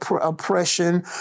oppression